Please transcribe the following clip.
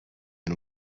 and